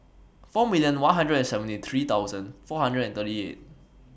four million one hundred and seventy three thousand four hundred and thirty eight